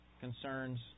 concerns